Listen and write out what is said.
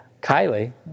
Kylie